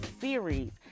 series